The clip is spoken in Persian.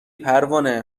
پروانه